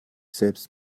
selbst